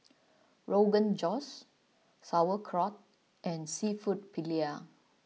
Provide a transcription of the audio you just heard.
Rogan Josh Sauerkraut and Seafood Paella